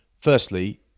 Firstly